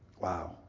wow